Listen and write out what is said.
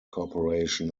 corporation